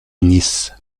nice